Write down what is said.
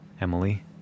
Emily